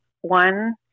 one